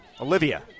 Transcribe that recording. Olivia